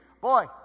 Boy